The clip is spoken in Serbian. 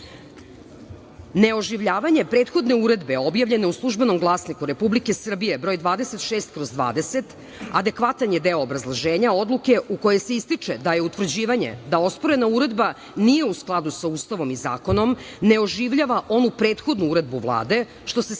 sudu. Neoživljavanje prethodne uredbe objavljene u „Službenom glasniku Republike Srbije“ br. 26/20 adekvatan je deo obrazloženja odluke u kojoj se ističe da je utvrđivanje da osporena uredba nije u skladu sa Ustavom i zakonom, neoživljava onu prethodnu uredbu Vlade što se svodi na